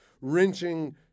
wrenching